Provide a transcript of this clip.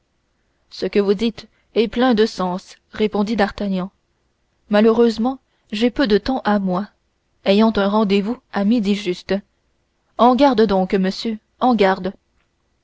ce que vous dites est plein de sens répondit d'artagnan malheureusement j'ai peu de temps à moi ayant un rendez-vous à midi juste en garde donc monsieur en garde